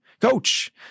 coach